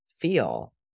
feel